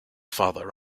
father